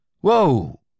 Whoa